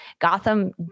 Gotham